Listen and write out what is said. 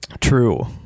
True